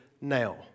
now